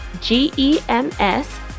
G-E-M-S